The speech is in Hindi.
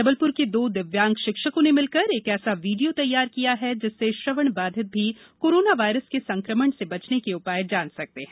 जबलपुर के दो दिव्यांग शिक्षकों ने मिलकर एक ऐसा वीडियो तैयार किया है जिससे श्रवण बाधित भी कोरोना वायरस के संक्रमण से बचने के उपाय जान सकते हैं